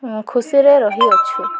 ଖୁସିରେ ରହିଅଛୁ